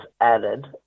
added